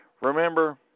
Remember